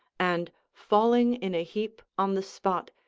and falling in a heap on the spot,